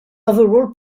overall